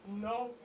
No